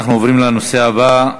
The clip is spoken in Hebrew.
אנחנו עוברים לנושא הבא,